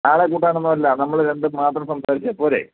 ആളെ കൂട്ടാനൊന്നും അല്ല നമ്മൾ രണ്ടും മാത്രം സംസാരിച്ചാൽ പോരെ